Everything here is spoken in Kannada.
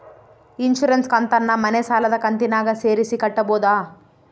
ಇನ್ಸುರೆನ್ಸ್ ಕಂತನ್ನ ಮನೆ ಸಾಲದ ಕಂತಿನಾಗ ಸೇರಿಸಿ ಕಟ್ಟಬೋದ?